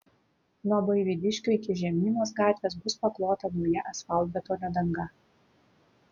nuo buivydiškių iki žemynos gatvės bus paklota nauja asfaltbetonio danga